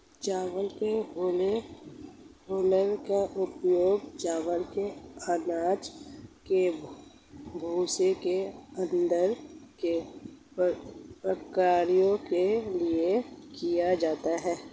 चावल की हूलर का उपयोग चावल के अनाज के भूसे को हटाने की प्रक्रिया के लिए किया जाता है